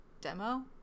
demo